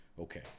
Okay